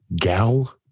Gal